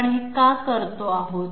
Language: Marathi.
आपण हे का करतो आहोत